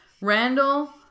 Randall